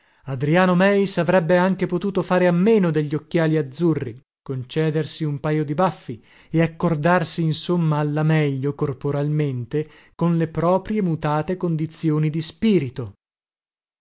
adriano meis avrebbe potuto anche fare a meno degli occhiali azzurri concedersi un pajo di baffi e accordarsi insomma alla meglio corporalmente con le proprie mutate condizioni di spirito